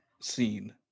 scene